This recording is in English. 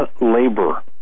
labor